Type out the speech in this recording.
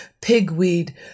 pigweed